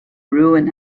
ruin